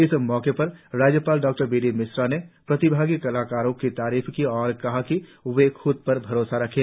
इस मौके पर राज्यपाल डॉबीडीमिश्रा ने प्रतिभागी कलाकारों की तारीफ की और कहा कि वे ख्द पर भरोसा रखें